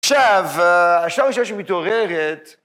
‫עכשיו, השאלה הראשונה שמתעוררת...